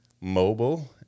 mobile